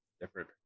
Different